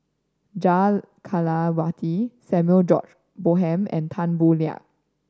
Jah Kelawati Samuel George Bonham and Tan Boo Liat